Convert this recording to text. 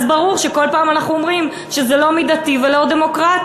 אז ברור שכל פעם אנחנו אומרים שזה לא מידתי ולא דמוקרטי,